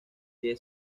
que